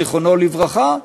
זיכרונו לברכה,